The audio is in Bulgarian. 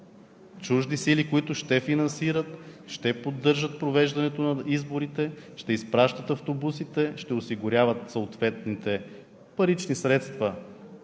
Чужди сили, които ще финансират, ще поддържат провеждането на изборите, ще изпращат автобусите, ще осигуряват съответните парични средства